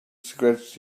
scratched